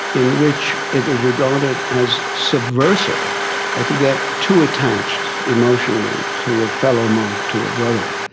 in which it is regarded as subversive ah to get too attached emotionally to a fellow monk to a brother,